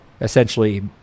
essentially